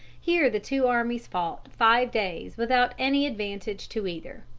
here the two armies fought five days without any advantage to either.